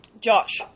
Josh